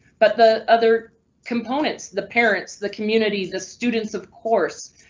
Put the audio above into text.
but the other components, the parents, the communities, as students of course.